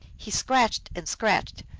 he scratched and scratched,